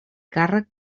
càrrec